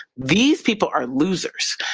these people are losers.